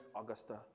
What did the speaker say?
Augusta